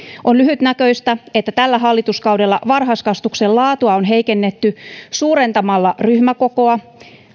on lyhytnäköistä että tällä hallituskaudella varhaiskasvatuksen laatua on heikennetty suurentamalla ryhmäkokoja